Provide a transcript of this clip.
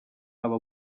aba